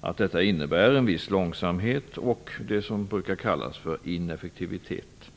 att detta innebär en viss långsamhet och, som det brukar kallas, ineffektivitet.